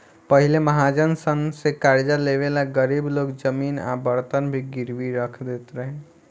पहिले महाजन सन से कर्जा लेवे ला गरीब लोग जमीन आ बर्तन भी गिरवी रख देत रहे